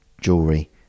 jewelry